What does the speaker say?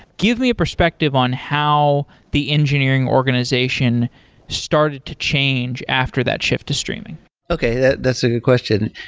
give me a perspective on how the engineering organization started to change after that shift to streaming okay. that's a good question.